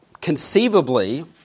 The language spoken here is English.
conceivably